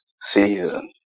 season